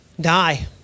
die